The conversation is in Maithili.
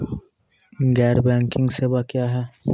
गैर बैंकिंग सेवा क्या हैं?